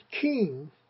king